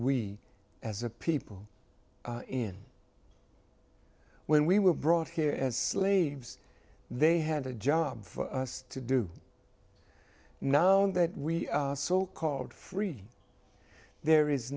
we as a people in when we were brought here as slaves they had a job for us to do now and that we are so called free there is